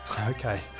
Okay